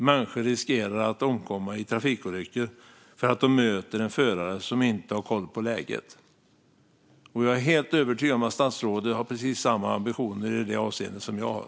Människor riskerar att omkomma i trafikolyckor därför att de möter en förare som inte har koll på läget. Jag är helt övertygad om att statsrådet har precis samma ambitioner i det avseendet som jag har.